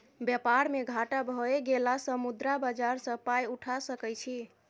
बेपार मे घाटा भए गेलासँ मुद्रा बाजार सँ पाय उठा सकय छी